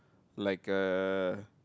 like uh